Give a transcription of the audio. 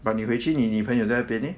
but 你回去你女朋友在这边 leh